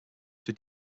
für